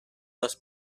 dos